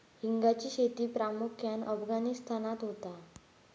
हिंगाची शेती प्रामुख्यान अफगाणिस्तानात होता